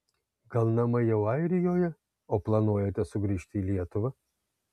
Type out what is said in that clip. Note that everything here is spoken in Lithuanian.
gal namai jau airijoje o planuojate sugrįžti į lietuvą